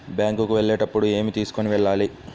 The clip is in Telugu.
బ్యాంకు కు వెళ్ళేటప్పుడు ఏమి తీసుకొని వెళ్ళాలి?